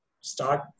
start